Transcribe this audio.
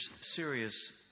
serious